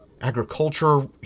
agriculture